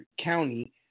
county